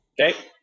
Okay